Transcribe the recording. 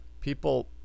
people